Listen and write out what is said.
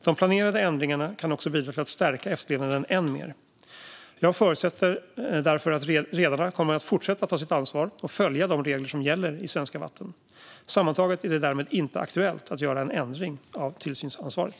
De planerade ändringarna kan också bidra till att stärka efterlevnaden än mer. Jag förutsätter därför att redarna kommer att fortsätta ta sitt ansvar och följa de regler som gäller i svenska vatten. Sammantaget är det därmed inte aktuellt att göra en ändring av tillsynsansvaret.